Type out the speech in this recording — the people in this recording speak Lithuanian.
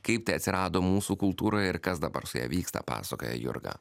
kaip tai atsirado mūsų kultūroje ir kas dabar su ja vyksta pasakoja jurga